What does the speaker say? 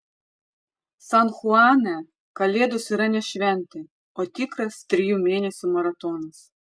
san chuane kalėdos yra ne šventė o tikras trijų mėnesių maratonas